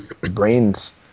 brains